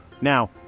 Now